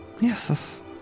Yes